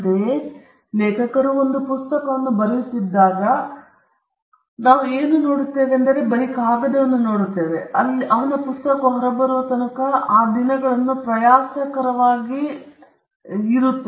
ಅಂತೆಯೇ ಲೇಖಕರು ಒಂದು ಪುಸ್ತಕವನ್ನು ಬರೆಯುತ್ತಿದ್ದಾಗ ನಾವು ಏನು ನೋಡುತ್ತೇವೆಂದು ಕಾಗದದ ಮೇಲೆ ಕಾಗದವನ್ನು ಹಾಕುತ್ತಿದ್ದೇವೆ ಮತ್ತು ಅವನ ಪುಸ್ತಕವು ಹೊರಬರುವ ತನಕ ಆ ದಿನಗಳನ್ನು ಪ್ರಯಾಸಕರವಾಗಿ ಮಾಡುವಂತೆ ನೀವು ನೋಡುತ್ತೀರಿ